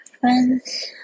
friends